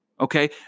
okay